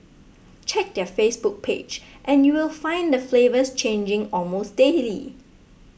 check their Facebook page and you will find the flavours changing almost daily